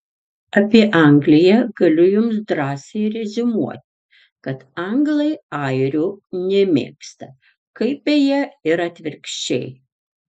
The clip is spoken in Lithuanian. apie angliją galiu jums drąsiai reziumuoti kad anglai airių nemėgsta kaip beje ir atvirkščiai